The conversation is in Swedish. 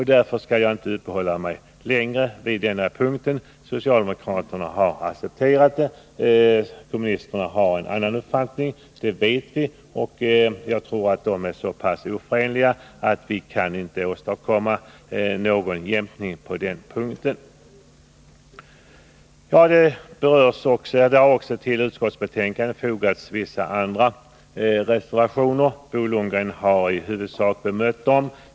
Därför skall jag inte uppehålla mig vid den punkten. Socialdemokraterna har accepterat förslaget. Kommunisterna har en annan uppfattning. Det vet vi. Jag tror att uppfattningarna här är så pass oförenliga att vi inte kan åstadkomma någon jämkning. Det har vid utskottsbetänkandet fogats andra reservationer. Bo Lundgren har i huvudsak berört dem.